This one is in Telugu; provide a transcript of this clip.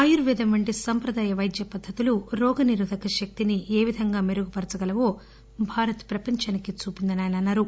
ఆయుర్వేదం వంటి సంప్రదాయ పైద్య పద్దతులు రోగనిరోధక శక్తిని ఏవిధంగా మెరుగుపరచక లకు భారత్ ప్రపంచానికి చూపిందని ఆయన అన్నారు